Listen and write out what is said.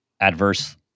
adverse